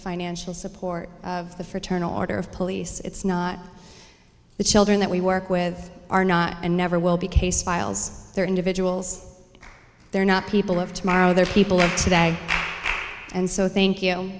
financial support of the fraternal order of police it's not the children that we work with are not and never will be case files they're individuals they're not people of tomorrow they're people of today and so thank you